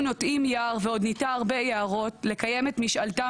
נוטעים יער ועוד ניטע הרבה יערות לקיים את משאלתם